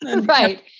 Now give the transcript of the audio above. Right